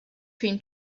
cream